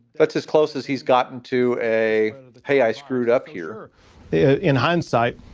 that's as close as he's gotten to a hey, i screwed up here in hindsight,